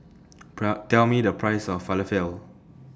Tell Tell Me The Price of Falafel